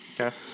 Okay